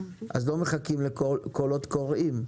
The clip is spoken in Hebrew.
אז לא מחכים לקולות קוראים.